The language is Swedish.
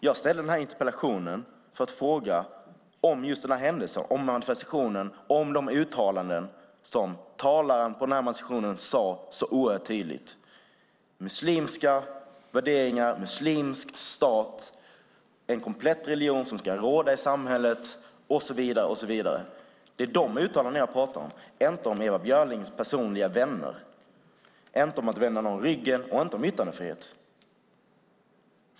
Jag ställde denna interpellation för att fråga om just denna händelse, om manifestationen, om de oerhört tydliga uttalanden som talaren gjorde om muslimska värderingar, en muslimsk stat, en komplett religion som ska råda i samhället och så vidare. Det är de uttalandena jag pratar om, inte om Ewa Björlings personliga vänner, inte om att vända någon ryggen och inte om yttrandefrihet.